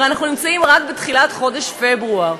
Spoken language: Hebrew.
ואנחנו נמצאים רק בתחילת חודש פברואר.